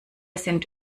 sind